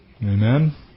Amen